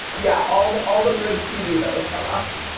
yeah, all the all the good tv that has come out.